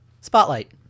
Spotlight